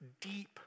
deep